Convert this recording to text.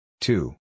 Two